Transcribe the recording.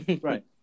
Right